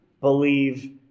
believe